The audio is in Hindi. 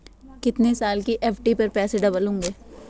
कितने साल की एफ.डी पर पैसे डबल होंगे?